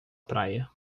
praia